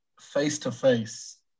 face-to-face